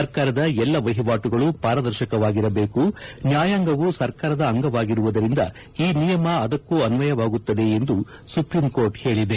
ಸರ್ಕಾರದ ಎಲ್ಲ ವಹಿವಾಟುಗಳು ಪಾರದರ್ಶಕವಾಗಿರಬೇಕು ನ್ನಾಯಾಂಗವೂ ಸರ್ಕಾರದ ಅಂಗವಾಗಿರುವುದರಿಂದ ಈ ನಿಯಮ ಅದಕ್ಕೂ ಅನ್ವಯವಾಗುತ್ತದೆ ಎಂದು ಸುಪ್ರೀಂಕೋರ್ಟ್ ಹೇಳದೆ